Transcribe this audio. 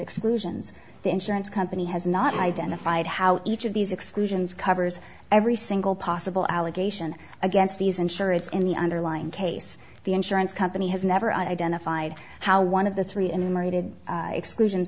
exclusions the insurance company has not identified how each of these exclusions covers every single possible allegation against these insurance in the underlying case the insurance company has never identified how one of the three